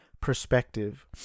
perspective